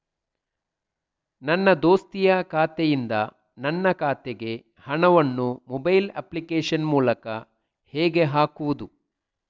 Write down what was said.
ನನ್ನ ದೋಸ್ತಿಯ ಖಾತೆಯಿಂದ ನನ್ನ ಖಾತೆಗೆ ಹಣವನ್ನು ಮೊಬೈಲ್ ಅಪ್ಲಿಕೇಶನ್ ಮೂಲಕ ಹೇಗೆ ಹಾಕುವುದು?